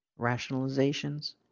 rationalizations